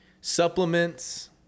Supplements